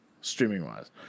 Streaming-wise